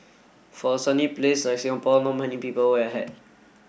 for a sunny place a Singapore not many people wear a hat